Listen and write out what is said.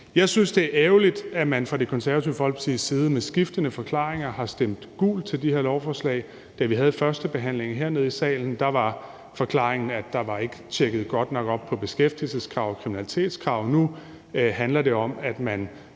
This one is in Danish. Jeg synes, det er ærgerligt, at man fra Det Konservative Folkepartis side med skiftende forklaringer har stemt gult til de her lovforslag. Da vi havde førstebehandlingen hernede i salen, var forklaringen, at der ikke var tjekket godt nok op på beskæftigelseskrav og kriminalitetskrav. Nu handler det i hvert